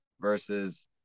versus